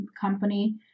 company